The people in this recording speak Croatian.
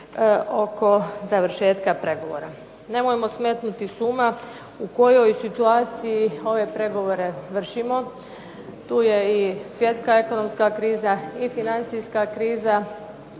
oko završetka pregovora. Nemojmo smetnuti s uma u kojoj situaciji ove pregovore vršimo. Tu je i svjetska ekonomska kriza i financijska kriza,